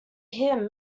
him